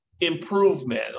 improvement